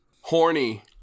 Horny